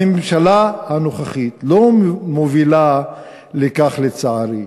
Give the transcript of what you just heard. הממשלה הנוכחית לא מובילה לכך, לצערי,